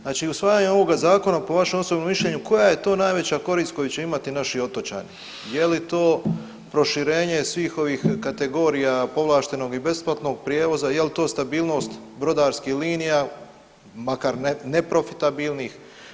Znači usvajanje ovoga zakona po vašem osobnom mišljenju koja je to najveća korist koju će imati naši otočani, je li to proširenje svih ovih kategorija povlaštenog i besplatnog prijevoza, jel to stabilnost brodarskih linija makar neprofitabilnih?